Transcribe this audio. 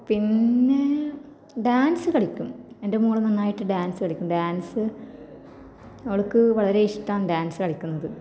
പിന്നേ ഡാന്സ് കളിക്കും എന്റെ മോൾ നന്നായിട്ട് ഡാന്സ് കളിക്കും ഡാന്സ് അവൾക്ക് വളരെ ഇഷ്ടാ ഡാന്സ് കളിക്കുന്നത്